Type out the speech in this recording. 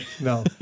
No